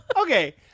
Okay